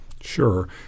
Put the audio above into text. Sure